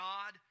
God